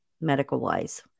medical-wise